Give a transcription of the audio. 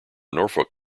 norfolk